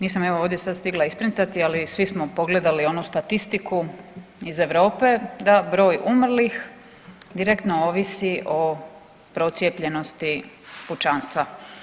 Nisam evo ovdje sad stigla isprintati, ali svi smo pogledali onu statistiku iz Europe da broj umrlih direktno ovisi o procijepljenosti pučanstva.